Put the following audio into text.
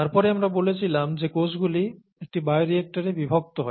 তারপরে আমরা বলেছিলাম যে কোষগুলি একটি বায়োরিয়্যাক্টরে বিভক্ত হয়